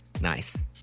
Nice